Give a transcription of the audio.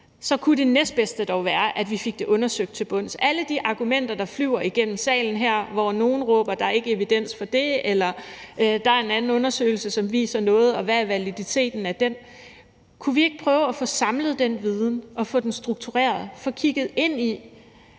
kunne det næstbedste dog være, at vi fik det undersøgt til bunds. Der er alle mulige argumenter, der flyver igennem salen her, hvor nogle råber, at der ikke er evidens for det, eller at der er en anden undersøgelse, som viser noget, og hvad er validiteten af den? Kunne vi ikke prøve at få samlet den viden og få den struktureret og få kigget ind i,